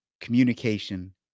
communication